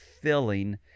filling